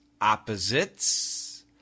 Opposites